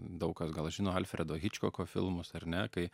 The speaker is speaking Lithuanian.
daug kas gal žino alfredo hičkoko filmus ar ne kai